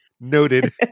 noted